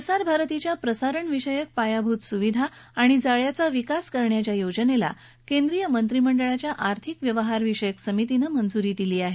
प्रसार भारतीच्या प्रसारणविषयक पायाभूत सुविधा आणि जाळ्याचा विकास करण्याच्या योजनेला केंद्रीय मंत्रिमंडळाच्या आर्थिक व्यवहारविषयक समितीनं मंजूरी दिली आहे